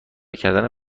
کردن